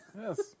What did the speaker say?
Yes